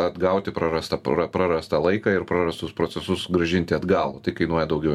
atgauti prarastą prarastą laiką ir prarastus procesus grąžinti atgal tai kainuoja daugiau